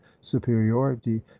superiority